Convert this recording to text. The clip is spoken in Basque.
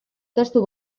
testu